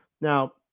Now